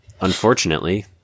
unfortunately